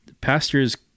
Pastors